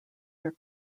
your